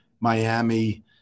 Miami